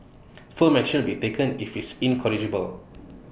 firm action will be taken if he is incorrigible